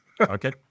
Okay